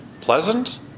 Pleasant